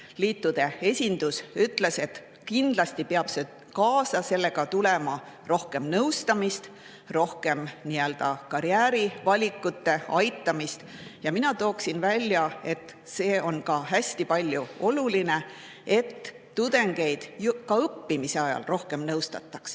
liitude esindus ütles, et kindlasti peab sellega kaasa tulema rohkem nõustamist, rohkem abi karjäärivalikute tegemisel. Mina tooksin välja, et on hästi oluline, et tudengeid ka õppimise ajal rohkem nõustataks,